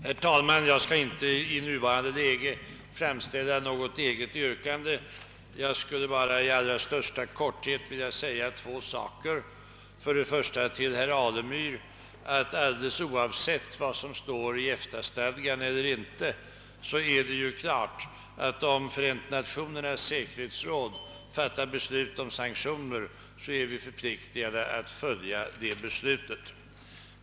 Herr talman! Jag skall inte i nuva rande läge framställa något eget yrkande utan vill bara i korthet motivera det särskilda yttrandet. Alldeles oavsett vad som står i EFTA stadgan, herr Alemyr, är det klart att om Förenta Nationernas säkerhetsråd fattar beslut om sanktioner är vi förpliktade att följa det beslutet.